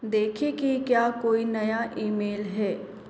देखें कि क्या कोई नया ईमेल है